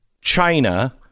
China